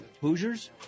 Hoosiers